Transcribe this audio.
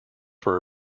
were